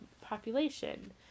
population